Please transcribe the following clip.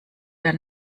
der